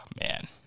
Man